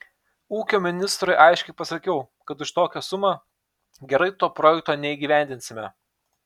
ūkio ministrui aiškiai pasakiau kad už tokią sumą gerai to projekto neįgyvendinsime